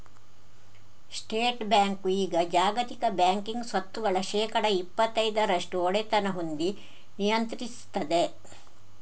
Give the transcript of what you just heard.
state bank ಈಗ ಜಾಗತಿಕ banking ಸ್ವತ್ತುಗಳ ಶೇಕಡಾ ಇಪ್ಪತೈದರಷ್ಟು ಒಡೆತನ ಹೊಂದಿ ನಿಯಂತ್ರಿಸ್ತದೆ